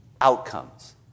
outcomes